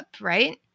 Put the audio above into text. right